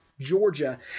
Georgia